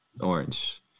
Orange